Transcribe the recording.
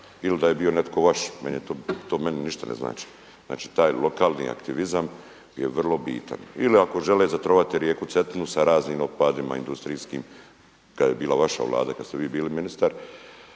ili da je bio netko vaš, to meni ništa ne znači. Znači taj lokalni aktivizam je vrlo bitan. Ili ako žele zatrovati rijeku Cetinu sa raznim otpadima industrijskim kada je bila vaša vlada, kada ste vi bili ministar.